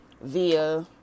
via